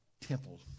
temple